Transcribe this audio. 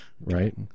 Right